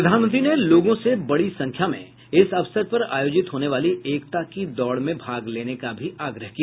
प्रधानमंत्री ने लोगों से बड़ी संख्या में इस अवसर पर आयोजित होने वाली एकता की दौड़ में भाग लेने का भी आग्रह किया